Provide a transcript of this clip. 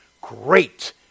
great